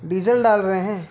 diesel डाल रहें हैं